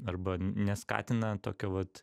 arba n neskatina tokio vat